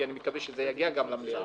כי אני מקווה שזה יגיע למליאה,